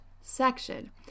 section